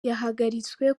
yahagaritswe